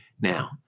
Now